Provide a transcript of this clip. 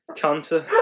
cancer